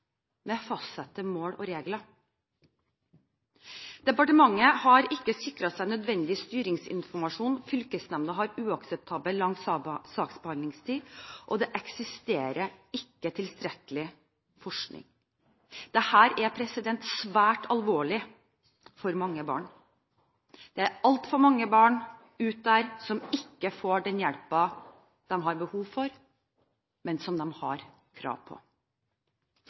med fastsatte mål og regler. Departementet har ikke sikret seg nødvendig styringsinformasjon, fylkesnemnda har uakseptabel lang saksbehandlingstid, og det eksisterer ikke tilstrekkelig forskning. Dette er svært alvorlig for mange barn. Det er altfor mange barn der ute som ikke får den hjelpen de har behov for, men som de har krav på.